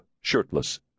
shirtless